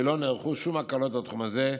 ולא נערכו שום הקלות בתחום הזה,